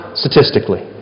statistically